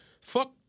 fuck